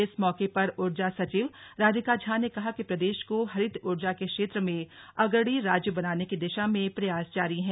इस मौके पर ऊर्जा सचिव राधिका झा ने कहा कि प्रदेश को हरित ऊर्जा के क्षेत्र में अग्रणी राज्य बनाने की दिशा में प्रयास जारी है